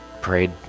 prayed